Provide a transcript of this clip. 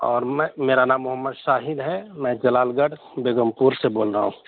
اور میں میرا نام محمد شاہد ہے میں جلال گڑھ بیگم پور سے بول رہا ہوں